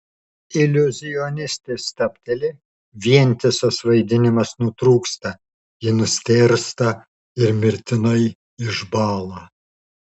iliuzionistė stabteli vientisas vaidinimas nutrūksta ji nustėrsta ir mirtinai išbąla